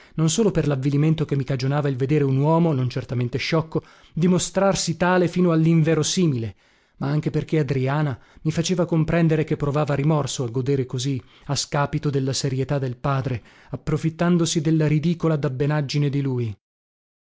non solo per lavvilimento che mi cagionava il vedere un uomo non certamente sciocco dimostrarsi tale fino allinverosimile ma anche perché adriana mi faceva comprendere che provava rimorso a godere così a scapito della serietà del padre approfittandosi della ridicola dabbenaggine di lui